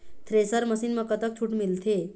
Thresher machine म कतक छूट मिलथे?